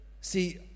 See